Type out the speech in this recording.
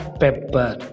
pepper